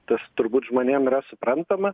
tas turbūt žmonėm yra suprantama